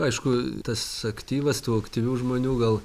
aišku tas aktyvas tų aktyvių žmonių gal